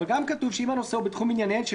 אבל גם כתוב שאם הנושא הוא בתחום ענייניהן של